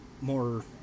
more